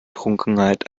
trunkenheit